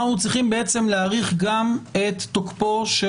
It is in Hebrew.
אנחנו צריכים להאריך גם את תוקפו של